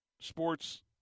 sports